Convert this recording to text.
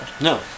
No